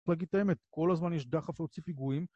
להגיד את האמת, כל הזמן יש דחף להוציא פיגועים